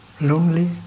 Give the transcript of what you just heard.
lonely